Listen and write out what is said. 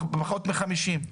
מ-50 נוכחים.